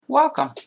Welcome